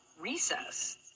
recess